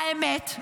והאמת,